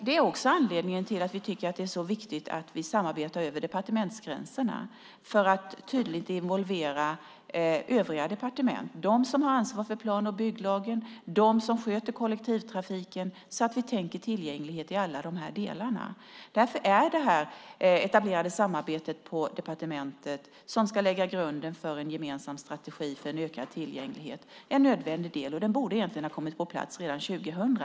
Det är också anledningen till att vi tycker att det är så viktigt att vi samarbetar över departementsgränserna för att tydligt involvera övriga departement - de som har ansvar för plan och bygglagen och de som sköter kollektivtrafiken - så att vi tänker på tillgängligheten i alla dessa delar. Därför är detta etablerade samarbete på departementet som ska lägga grunden för en gemensam strategi för en ökad tillgänglighet en nödvändig del. Det borde egentligen ha kommit på plats redan 2000.